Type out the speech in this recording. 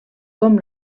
com